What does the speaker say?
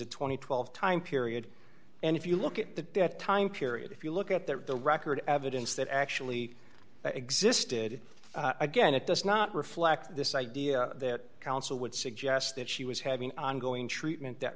and twelve time period and if you look at that time period if you look at their record evidence that actually existed again it does not reflect this idea that counsel would suggest that she was having ongoing treatment that